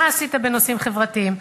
מה עשית בנושאים חברתיים?